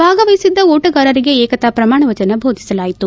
ಭಾಗವಹಿಸಿದ್ದ ಓಟಗಾರರಿಗೆ ಏಕತಾ ಪ್ರಮಾಣವಚನ ಬೋಧಿಸಲಾಯಿತು